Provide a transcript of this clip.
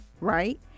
right